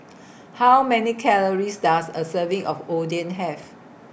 How Many Calories Does A Serving of Oden Have